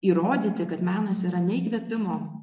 įrodyti kad menas yra ne įkvėpimo